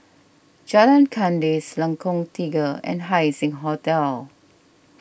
Jalan Kandis Lengkong Tiga and Haising Hotel